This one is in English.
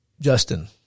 Justin